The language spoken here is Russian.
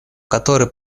который